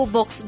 Box